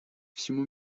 всему